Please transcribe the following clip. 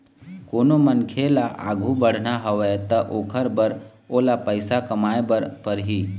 कोनो मनखे ल आघु बढ़ना हवय त ओखर बर ओला पइसा कमाए बर परही